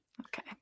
Okay